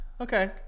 Okay